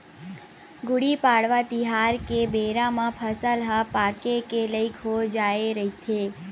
गुड़ी पड़वा तिहार के बेरा म फसल ह पाके के लइक हो जाए रहिथे